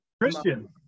Christian